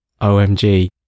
OMG